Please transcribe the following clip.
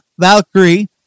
Valkyrie